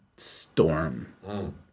Storm